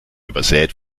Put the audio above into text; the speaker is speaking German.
übersät